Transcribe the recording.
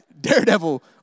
Daredevil